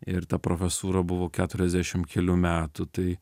ir ta profesūra buvo keturiasdešim kelių metų tai